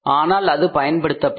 ஆனால் அது பயன்படுத்தப்படும்